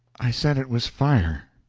i said it was fire.